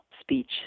speech